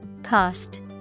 Cost